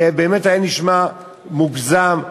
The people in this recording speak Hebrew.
זה באמת נשמע מוגזם.